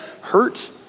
hurt